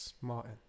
Martin